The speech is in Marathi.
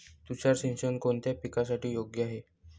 तुषार सिंचन कोणत्या पिकासाठी योग्य आहे?